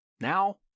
Now